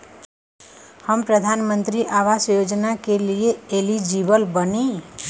हम प्रधानमंत्री आवास योजना के लिए एलिजिबल बनी?